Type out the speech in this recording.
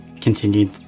continued